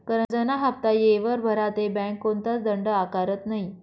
करजंना हाफ्ता येयवर भरा ते बँक कोणताच दंड आकारत नै